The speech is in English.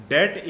Debt